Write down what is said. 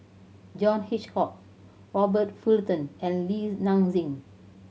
John Hitchcock Robert Fullerton and Li Nanxing